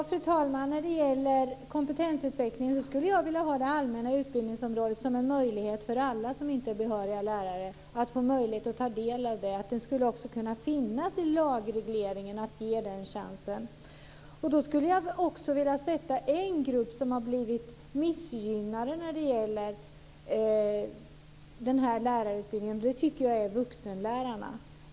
Fru talman! När det gäller kompetensutvecklingen skulle jag vilja ha det allmänna utbildningsområdet som en möjlighet för alla som inte är behöriga lärare. De skulle få möjlighet att ta del av detta. Att man ger den chansen skulle också kunna finnas med i lagregleringen. Då skulle jag också vilja nämna en grupp som har blivit missgynnad när det gäller den här lärarutbildningen, och det tycker jag är vuxenlärarna.